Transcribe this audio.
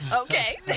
Okay